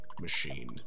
machine